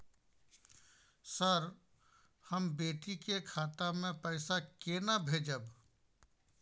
Sir, हम बेटी के खाता मे पैसा केना भेजब?